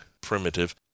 primitive